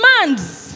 demands